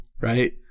Right